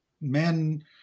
men